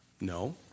No